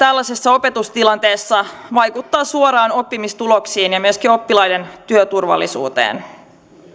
tällaisessa opetustilanteessa vaikuttaa suoraan oppimistuloksiin ja myöskin oppilaiden työturvallisuuteen